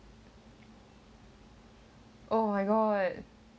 oh my god